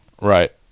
Right